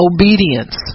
obedience